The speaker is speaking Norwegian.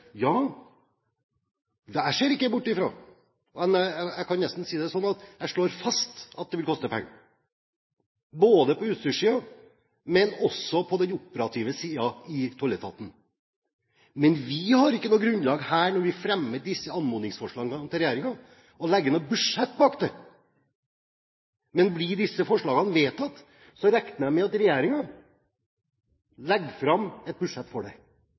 jeg ikke bort fra – og jeg kan nesten si det sånn at jeg slår det fast – vil koste penger både på utstyrsiden og på den operative siden i tolletaten. Men vi har ikke noe grunnlag for, når vi fremmer disse anmodningsforslagene overfor regjeringen, å legge noe budsjett for det. Men blir disse forslagene vedtatt, regner jeg med at regjeringen legger fram et budsjett